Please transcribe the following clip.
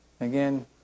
Again